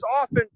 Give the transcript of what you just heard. often